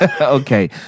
Okay